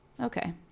Okay